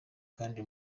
kandi